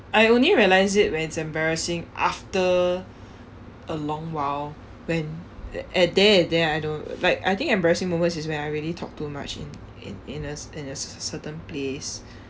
I only realise it when it's embarrassing after a long while when th~ and then and then I know like I think embarrassing moments is when I really talk too much in in in a c~ in a certain place